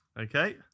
Okay